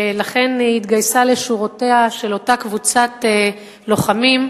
ולכן היא התגייסה לשורותיה של אותה קבוצת לוחמים,